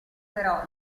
però